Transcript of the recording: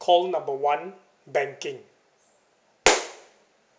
call number one banking